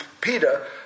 Peter